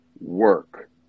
work